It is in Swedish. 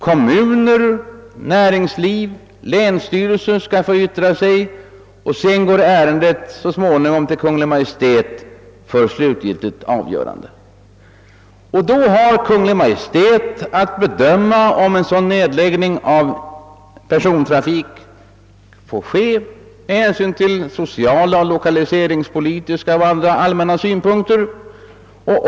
Kommuner, näringsliv och länsstyrelser skall få yttra sig och sedan går ärendet så småningom till Kungl. Maj:t för slutgiltigt avgörande. Då har Kungl. Maj:t att bedöma om en sådan nedläggning av persontrafik får genomföras med hänsyn till sociala, lokaliseringspo litiska och andra allmänna synpunkter.